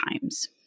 times